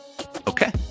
Okay